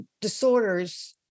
disorders